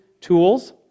tools